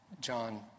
John